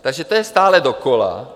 Takže to je stále dokola.